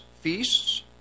feasts